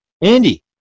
Andy